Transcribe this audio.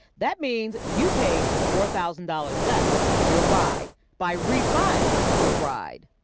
that means you paid four thousand dollars less for your ride by refi-ing your ride.